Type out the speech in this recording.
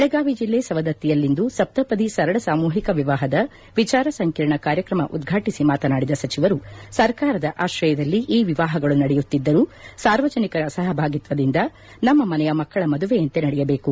ಬೆಳಗಾವಿ ಜೆಲ್ಲೆ ಸವದತ್ತಿಯಲ್ಲಿ ಇಂದು ಸಪ್ತಪದಿ ಸರಳ ಸಾಮೂಹಿಕ ವಿವಾಹದ ವಿಚಾರ ಸಂಕಿರಣ ಕಾರ್ಯಕ್ರಮ ಉದ್ಘಾಟಿಸಿ ಮಾತನಾಡಿದ ಸಚಿವರು ಸರ್ಕಾರದ ಆಶ್ರಯದಲ್ಲಿ ಈ ವಿವಾಹಗಳು ನಡೆಯುತ್ತಿದ್ದರೂ ಸಾರ್ವಜನಿಕರ ಸಹಭಾಗೀತ್ವದಿಂದ ನಮ್ಮ ಮನೆಯ ಮಕ್ಕಳ ಮದುವೆಯಂತೆ ನಡೆಯಬೇಕು